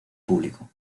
público